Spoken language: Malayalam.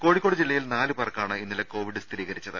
കോഴിക്കോട് ജില്ലയിൽ നാലു പേർക്കാണ് ഇന്നലെ കോവിഡ് സ്ഥിരീകരിച്ചത്